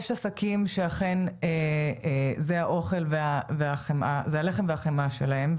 יש עסקים שאכן זה הלחם והחמאה שלהם.